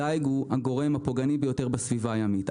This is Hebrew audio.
הדיג הוא הגורם הפוגעני ביותר בסביבה הימית.